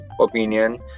opinion